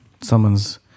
someone's